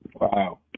wow